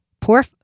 poor